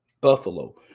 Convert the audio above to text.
Buffalo